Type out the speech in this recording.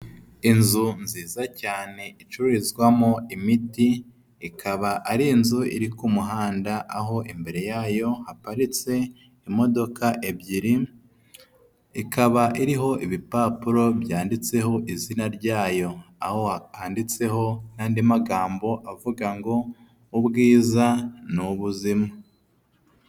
Inzu nziza cyane icururizwamo imiti, ikaba ari inzu iri ku muhanda aho imbere yayo haparitse imodoka ebyiri, ikaba iriho ibipapuro byanditseho izina ryayo, aho handitseho n'andi magambo avuga ngo ubwiza ni ubuzima.